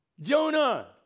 Jonah